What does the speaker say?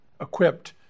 equipped